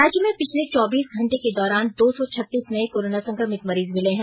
राज्य में पिछले चौबीस घंटे के दौरान दो सौ छत्तीस नये कोरोना संक्रमित मरीज मिले है